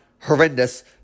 horrendous